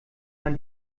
man